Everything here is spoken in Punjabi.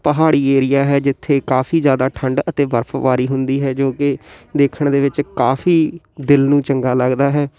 ਪਹਾੜੀ ਏਰੀਆ ਹੈ ਜਿੱਥੇ ਕਾਫੀ ਜ਼ਿਆਦਾ ਠੰਡ ਅਤੇ ਬਰਫਬਾਰੀ ਹੁੰਦੀ ਹੈ ਜੋ ਕਿ ਦੇਖਣ ਦੇ ਵਿੱਚ ਕਾਫੀ ਦਿਲ ਨੂੰ ਚੰਗਾ ਲੱਗਦਾ ਹੈ